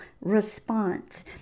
response